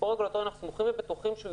אנחנו סמוכים ובטוחים שהסיפור הרגולטורי